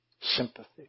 Sympathy